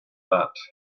that